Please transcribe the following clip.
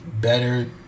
Better